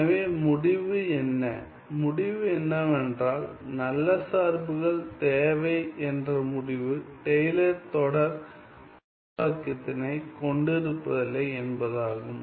எனவே முடிவு என்ன முடிவு என்னவென்றால் நல்ல சார்புகள் தேவை என்ற முடிவு டெய்லர் தொடர் விரிவாக்கத்தினை கொண்டிருப்பதில்லை என்பதாகும்